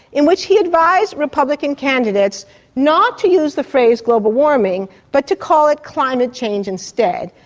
in which he advised republican candidates not to use the phrase global warming, but to call it climate change instead.